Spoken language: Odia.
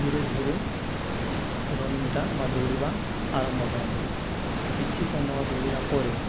ଧୀରେ ଧୀରେ ରନିଂଟା ବା ଦୌଡ଼ିବା ଆରମ୍ଭ କରନ୍ତୁ କିଛି ସମୟ ଦୌଡ଼ିଲା ପରେ